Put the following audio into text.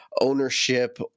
ownership